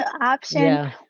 option